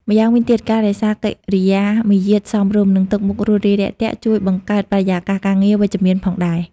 ម្យ៉ាងវិញទៀតការរក្សាកិរិយាមារយាទសមរម្យ និងទឹកមុខរួសរាយរាក់ទាក់ ជួយបង្កើតបរិយាកាសការងារវិជ្ជមានផងដែរ។